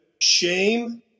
shame